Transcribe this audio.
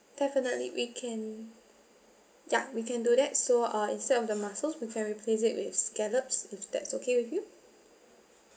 definitely we can ya we can do that so uh instead of the mussels we can replace it with scallops if that's okay with you